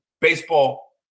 Baseball